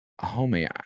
Homie